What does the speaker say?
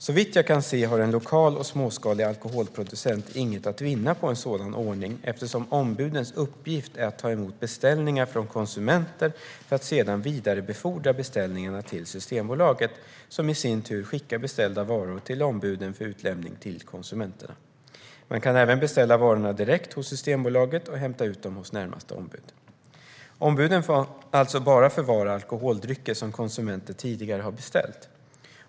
Såvitt jag kan se har en lokal och småskalig alkoholproducent inget att vinna på en sådan ordning, eftersom ombudens uppgift är att ta emot beställningar från konsumenter för att sedan vidarebefordra beställningarna till Systembolaget, som i sin tur skickar beställda varor till ombuden för utlämning till konsumenterna. Man kan även beställa varorna direkt hos Systembolaget och hämta ut dem hos närmaste ombud. Ombuden får alltså bara förvara alkoholdrycker som konsumenter tidigare har beställt.